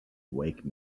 wake